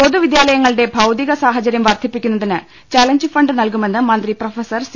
പൊതു വിദ്യാലയങ്ങളുടെ ഭൌതിക സാഹചര്യം വർദ്ധിപ്പി ക്കുന്നതിന് ചലഞ്ച് ഫണ്ട് നൽകുമെന്ന് മന്ത്രി പ്രൊഫ സി